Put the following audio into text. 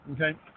okay